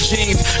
Jeans